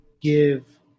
give